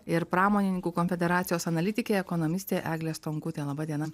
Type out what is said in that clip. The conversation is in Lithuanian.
ir pramonininkų konfederacijos analitikė ekonomistė eglė stonkutė laba diena